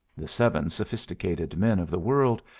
the seven sophisticated men of the world,